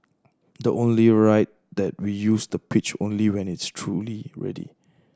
the only right that we use the pitch only when it's truly ready